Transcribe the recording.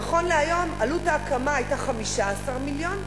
נכון להיום עלות ההקמה היתה 15 מיליון,